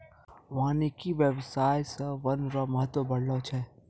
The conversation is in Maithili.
वानिकी व्याबसाय से वन रो महत्व बढ़लो छै